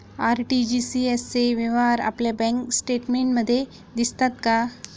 RTGS चे व्यवहार आपल्या बँक स्टेटमेंटमध्ये दिसतात का?